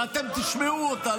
ואתם תשמעו אותה,